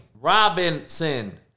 Robinson